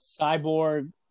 Cyborg